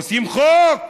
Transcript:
עושים חוק.